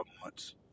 months